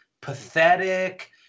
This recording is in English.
pathetic